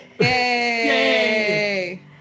Yay